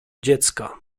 dziecka